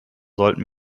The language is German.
sollten